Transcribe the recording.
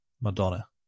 Madonna